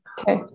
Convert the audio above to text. Okay